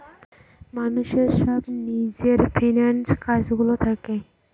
মানুষের সব নিজের ফিন্যান্স কাজ গুলো থাকে